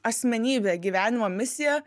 asmenybė gyvenimo misija